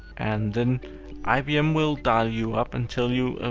and then ibm will dial you up and tell you,